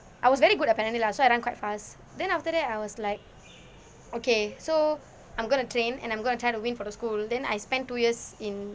I was very good apparently lah so I run quite fast then after that I was like okay so I'm going to train and I'm going to try to win for the school then I spend two years in